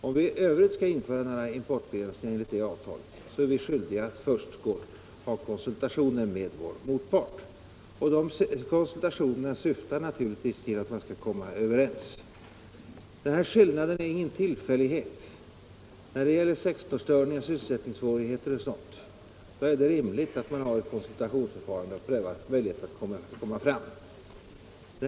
Om vi i övrigt skall införa några importbegränsningar enligt det avtalet är vi skyldiga att först ha konsulationer med vår motpart. Dessa konsultationer syftar naturligtvis till att man skall komma överens. Den här skillnaden är ingen tillfällighet. När det gäller sektorsstörningar, sysselsättningssvårigheter och sådant är det rimligt att man har ett konsultationsförfarande och prövar möjligheterna att komma fram till en lösning.